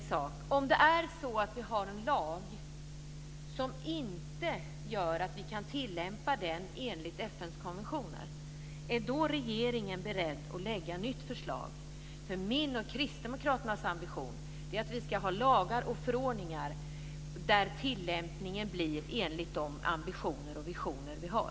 Om det finns en lag som inte kan tillämpas enligt FN:s konventioner, är regeringen beredd att lägga fram ett nytt förslag? Min och kristdemokraternas ambition är att det ska finnas lagar och förordningar där tillämpningen blir enligt de ambitioner och visioner vi har.